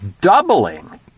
doubling